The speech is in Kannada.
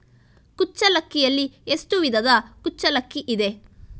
ಕುಚ್ಚಲಕ್ಕಿಯಲ್ಲಿ ಎಷ್ಟು ವಿಧದ ಕುಚ್ಚಲಕ್ಕಿ ಇದೆ?